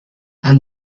and